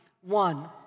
one